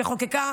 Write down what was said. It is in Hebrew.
שחוקקה